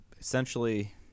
essentially